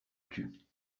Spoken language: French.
tut